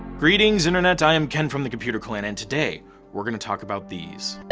greetings internet, i am ken from the computer clan and today we're gonna talk about these.